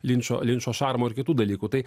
linčo linčo šarmo ir kitų dalykų tai